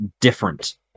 different